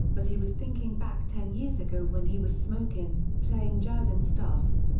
but he was thinking back ten years ago when he was smokin', playing jazz and stuff.